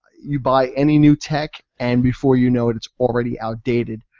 you buy any new tech and before you know it, it's already outdated.